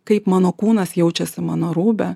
kaip mano kūnas jaučiasi mano rūbe